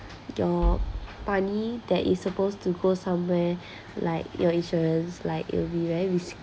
your money that is supposed to go somewhere like your insurance like it'll be very risky